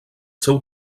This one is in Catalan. seu